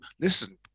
listen